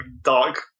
dark